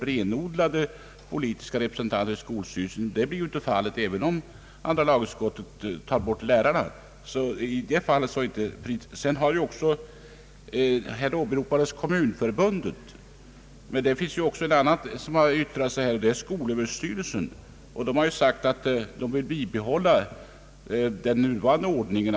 Renodlad politisk representation i skolstyrelserna blir det alltså inte, även om inte lärarna — som andra lagutskottet föreslår — får vara med. Kommunförbundet har åberopats här, men skolöverstyrelsen har också yttrat sig och vill bibehålla den nuvarande ordningen.